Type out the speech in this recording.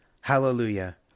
Hallelujah